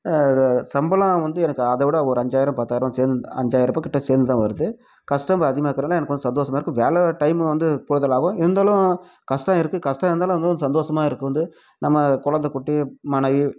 இது சம்பளம் வந்து எனக்கு அதை விட ஒரு அஞ்சாயிரம் பத்தாயிரம் சேந் அஞ்சாயரூபாக்கிட்ட சேர்ந்து தான் வருது கஸ்டமர் அதிகமாருக்குறதனால எனக்கு வந்து சந்தோஷமாக இருக்குது வேலை டைமும் வந்து கூடுதலாகும் இருந்தாலும் கஷ்டம் இருக்குது கஷ்டம் இருந்தாலும் வந்து சந்தோஷமாக இருக்கும் வந்து நம்ம குழந்த குட்டி மனைவி